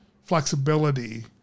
flexibility